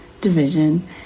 division